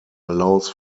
allows